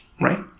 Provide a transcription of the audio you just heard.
Right